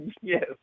Yes